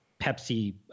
Pepsi